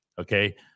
okay